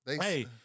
Hey